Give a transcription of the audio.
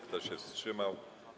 Kto się wstrzymał?